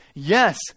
Yes